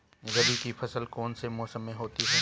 रबी की फसल कौन से मौसम में होती है?